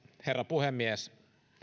herra puhemies